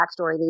backstory